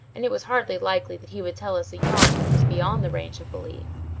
and it was hardly likely that he would tell us a yarn which was beyond the range of belief.